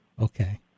Okay